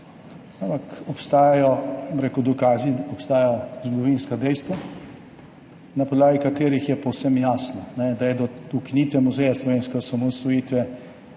Ampak obstajajo dokazi, obstajajo zgodovinska dejstva, na podlagi katerih je povsem jasno, da je do ukinitve Muzeja slovenske osamosvojitve